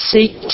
Seek